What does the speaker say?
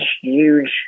huge